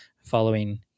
following